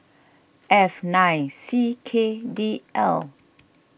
F nine C K D L